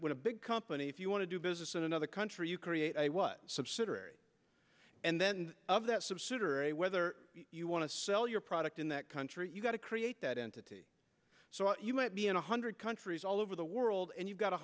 to a big company if you want to do business in another country you create a what subsidiary and then of that subsidiary whether you want to sell your product in that country you've got to create that entity so you might be in a hundred countries all over the world and you've got